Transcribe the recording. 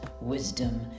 wisdom